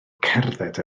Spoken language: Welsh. cerdded